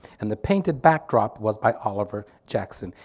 and the painted backdrop was by oliver jackson.